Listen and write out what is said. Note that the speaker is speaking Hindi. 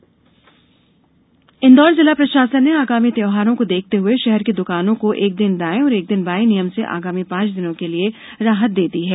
इन्दौर राहत इंदौर जिला प्रषासन ने आगामी त्यौहारों को देखते हुए षहर की दुकानों को एक दिन दाएं एक दिन बाएं नियम से आगामी पांच दिनों के लिए राहत र्दे दी है